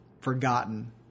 forgotten